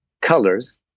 colors